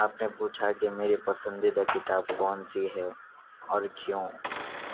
آپ نے پوچھا کہ میری پسندیدہ کتاب کون سی ہے اور کیوں